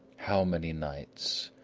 how many nights,